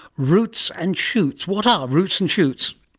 roots and shoots. what are roots and shoots?